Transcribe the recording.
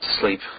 sleep